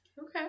Okay